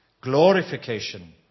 Glorification